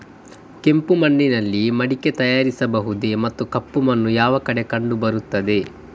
ಕೆಂಪು ಮಣ್ಣಿನಲ್ಲಿ ಮಡಿಕೆ ತಯಾರಿಸಬಹುದೇ ಮತ್ತು ಕಪ್ಪು ಮಣ್ಣು ಯಾವ ಕಡೆ ಹೆಚ್ಚು ಕಂಡುಬರುತ್ತದೆ?